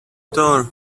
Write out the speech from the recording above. door